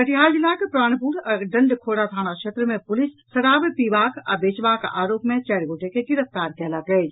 कटिहार जिलाक प्राणपुर आ डंडखोरा थाना क्षेत्र मे पुलिस शराब पीबाक आ बेचबाक आरोप मे चारि गोटे के गिरफ्तार कयलक अछि